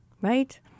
Right